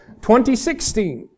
2016